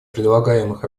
предлагаемых